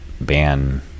ban